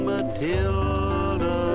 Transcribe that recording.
Matilda